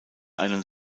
einen